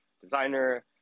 designer